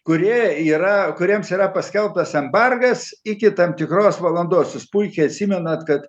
kurie yra kuriems yra paskelbtas embargas iki tam tikros valandos jūs puikiai atsimenat kad